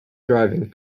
driving